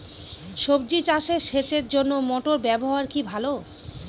সবজি চাষে সেচের জন্য মোটর ব্যবহার কি ভালো?